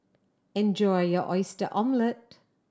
enjoy your Oyster Omelette